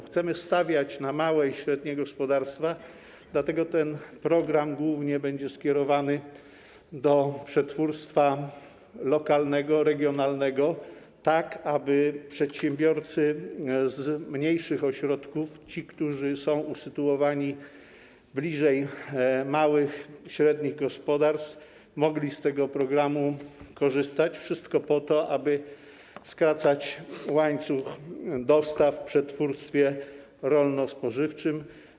Chcemy stawiać na małe i średnie gospodarstwa, dlatego ten program głównie będzie skierowany do przetwórstwa lokalnego, regionalnego, tak aby przedsiębiorcy z mniejszych ośrodków, ci, którzy są usytuowani bliżej małych i średnich gospodarstw, mogli z tego programu korzystać - wszystko po to, aby skracać łańcuch dostaw w przetwórstwie rolno-spożywczym.